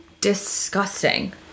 Disgusting